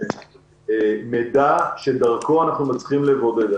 זה מידע שדרכו אנחנו מצליחים לבודד.